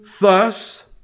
thus